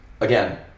again